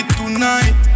tonight